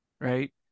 right